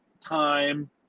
time